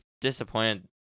disappointed